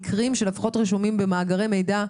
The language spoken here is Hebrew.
של מקרים שלפחות רשומים במאגרי מידע,